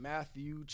Matthew